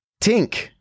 Tink